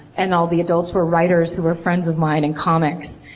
and all the adults were writers who were friends of mine and comics.